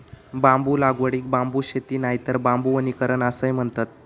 बांबू लागवडीक बांबू शेती नायतर बांबू वनीकरण असाय म्हणतत